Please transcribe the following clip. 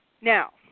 Now